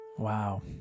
Wow